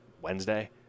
Wednesday